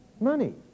Money